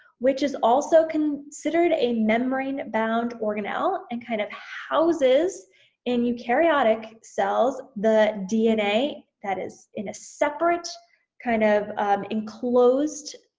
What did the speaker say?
which is also considered a membrane-bound organelle, and kind of houses in eukaryotic cells, the dna, that is in a separate kind of enclosed